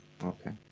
Okay